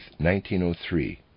1903